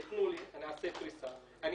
טקט אחד נוגע לעניין שדיברנו עליו, ההליך הרגיל.